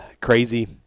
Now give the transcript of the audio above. crazy